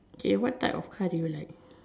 okay what type of car do you like